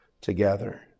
together